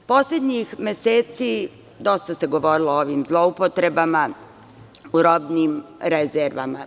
Poslednjih meseci dosta se govorilo o ovim zloupotrebama u robnim rezervama.